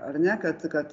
ar ne kad kad